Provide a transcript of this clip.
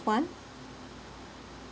one